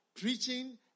preaching